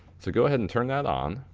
so go ahead and turn that on,